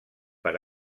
per